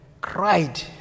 cried